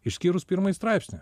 išskyrus pirmąjį straipsnį